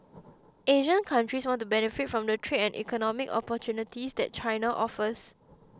Asian countries want to benefit from the trade and economic opportunities that China offers